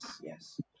yes